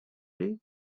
lait